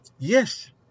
yes